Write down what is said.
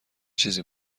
چیزی